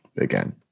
Again